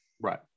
right